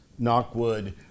*Knockwood*